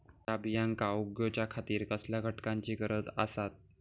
हया बियांक उगौच्या खातिर कसल्या घटकांची गरज आसता?